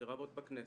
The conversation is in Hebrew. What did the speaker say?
לרבות בכנסת,